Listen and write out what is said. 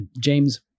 James